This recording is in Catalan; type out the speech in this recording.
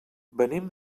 venim